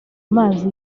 mazi